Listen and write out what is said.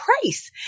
price